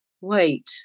wait